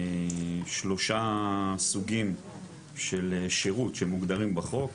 שלושה סוגים של שירות שמוגדרים בחוק.